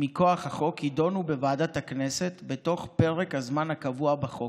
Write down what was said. מכוח החוק יידונו בוועדה בכנסת בתוך פרק הזמן הקבוע בחוק,